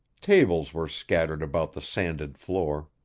tables were scattered about the sanded floor.